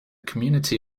community